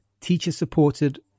teacher-supported